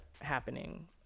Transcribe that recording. happening